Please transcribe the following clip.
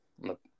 look